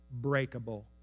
breakable